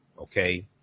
okay